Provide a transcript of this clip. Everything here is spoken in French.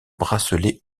bracelet